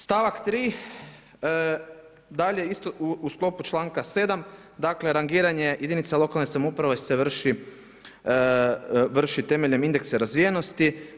Stavak 3. dalje isto u sklopu članka 7., dakle rangiranje jedinica lokalne samouprave se vrši temeljem indeksa razvijenosti.